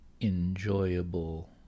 enjoyable